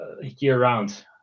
year-round